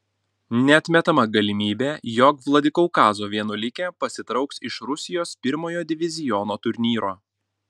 neatmetama galimybė jog vladikaukazo vienuolikė pasitrauks iš rusijos pirmojo diviziono turnyro